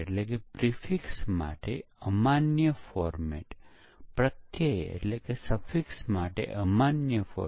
એક ઉદાહરણ કે જે ઘણીવાર નિહાળવામાં આવે છે તે એરીએન 5 રોકેટ છે જે 2000 ની શરૂઆતમાં લોન્ચ કરવામાં આવ્યું હતું અને તેણે લોંચ થયાના માત્ર 37 સેકંડમાં જ આત્મ વિનાશ કર્યો હતો